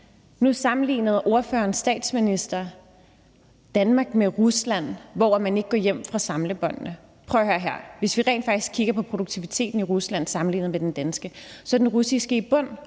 Nu sammenlignede ordførerens statsminister Danmark med Rusland, hvor man ikke går hjem fra samlebåndene. Prøv at høre her, hvis vi rent faktisk kigger på produktiviteten i Rusland sammenlignet med den danske, så er den russiske i bund.